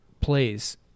plays